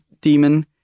demon